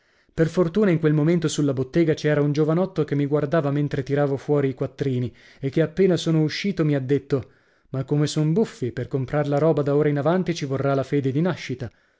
per fortuna in quel momento sulla bottega ci era un giovanotto che mi guardava mentre tiravo fuori i quattrini e che appena sono uscito mi ha detto ma come son buffi per comprar la roba da ora in avanti ci vorrà la fede di nascita